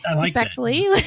respectfully